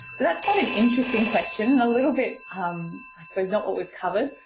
so that's quite an interesting question. a little bit i suppose not what we've covered.